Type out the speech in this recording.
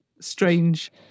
strange